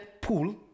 pool